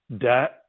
Debt